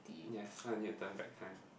yes now I need to turn back time